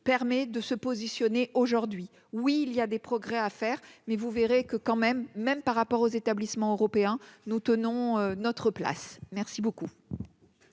permet de se positionner aujourd'hui oui, il y a des progrès à faire, mais vous verrez que, quand même, même par rapport aux établissements européens, nous tenons notre place merci beaucoup.